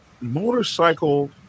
motorcycle